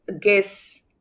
guess